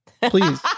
Please